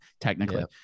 technically